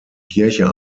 kirche